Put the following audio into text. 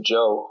Joe